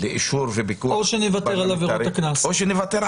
לאישור ופיקוח פרלמנטרי -- או שנוותר על עבירות הקנס.